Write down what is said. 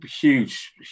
huge